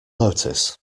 notice